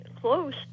close